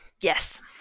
Yes